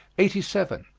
eighty seven.